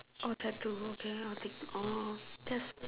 oh tattoo okay I will think orh that's